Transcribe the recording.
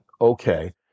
Okay